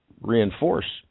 reinforce